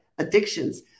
addictions